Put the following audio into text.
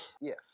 Yes